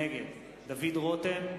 נגד דוד רותם,